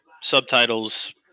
subtitles